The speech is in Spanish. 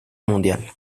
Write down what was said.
mundial